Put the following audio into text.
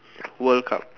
world cup